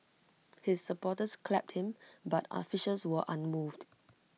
his supporters clapped him but officials were unmoved